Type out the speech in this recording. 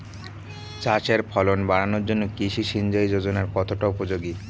চাষের ফলন বাড়ানোর জন্য কৃষি সিঞ্চয়ী যোজনা কতটা উপযোগী?